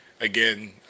again